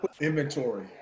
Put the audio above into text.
Inventory